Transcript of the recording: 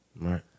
Right